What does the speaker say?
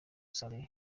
saleh